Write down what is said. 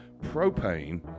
propane